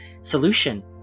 solution